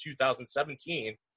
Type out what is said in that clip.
2017